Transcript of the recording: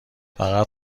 فقط